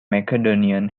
macedonian